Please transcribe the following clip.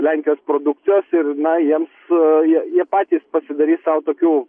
lenkijos produkcijos ir na jiems jie jie patys pasidarys sau tokių